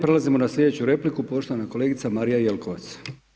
Prelazimo na slijedeću repliku poštovana kolegica Marija Jelkovac.